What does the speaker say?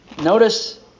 notice